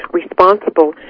responsible